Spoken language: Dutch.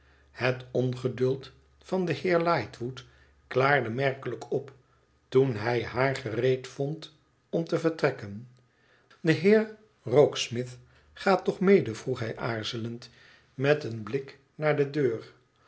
het ongeduld van den heer lightwood klaarde merkelijk op toen hij haar gereed vond om te vertrekken de heer rokesmith gaat toch mede vroeg hij aarzelend met een blik naar de deur